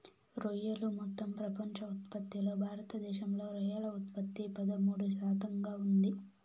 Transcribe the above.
రొయ్యలు మొత్తం ప్రపంచ ఉత్పత్తిలో భారతదేశంలో రొయ్యల ఉత్పత్తి పదమూడు శాతంగా ఉంది